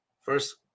first